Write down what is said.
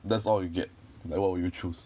that's all you get like what would you choose